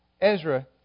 Ezra